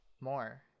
more